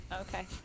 Okay